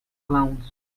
clowns